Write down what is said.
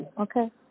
okay